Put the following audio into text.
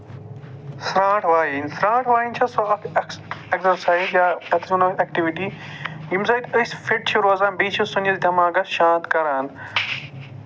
سرٛانٹھ وایِنۍ سرٛانٹھ وایِنۍ چھِ سۄ اکھ اٮ۪گزرسایز یا اَتھ وَنو اٮ۪کٹِوٹی ییٚمہِ سۭتۍ فِٹ چھِ روزان بیٚیہِ چھُ سٲنِس دٮ۪ماغَس شانت کران